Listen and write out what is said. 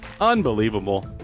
Unbelievable